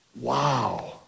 wow